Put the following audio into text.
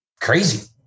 crazy